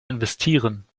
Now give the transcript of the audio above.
investieren